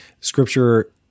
scripture